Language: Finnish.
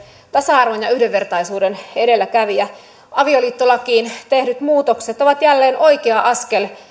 tasa arvon ja yhdenvertaisuuden edelläkävijä avioliittolakiin tehdyt muutokset ovat jälleen oikea askel